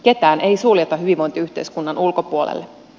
ketään ei suljeta hyvinvointiyhteiskunnan ulkopuolelle